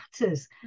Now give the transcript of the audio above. matters